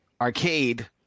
Arcade